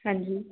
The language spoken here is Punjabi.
ਹਾਂਜੀ